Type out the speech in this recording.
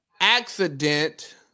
accident